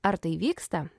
ar tai vyksta